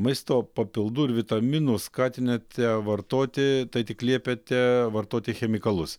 maisto papildų ir vitaminų skatinate vartoti tai tik liepiate vartoti chemikalus